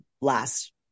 last